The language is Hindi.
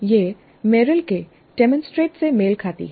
यह मेरिल के डेमोंस्ट्रेट से मेल खाती है